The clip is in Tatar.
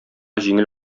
җиңел